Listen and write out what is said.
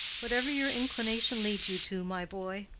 whatever your inclination leads you to, my boy.